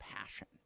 passion